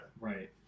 Right